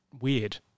weird